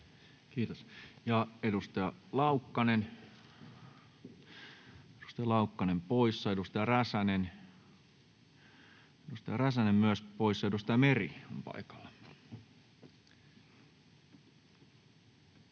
Kiitos. — Ja edustaja Laukkanen poissa. Edustaja Räsänen myös poissa. Edustaja Meri on paikalla.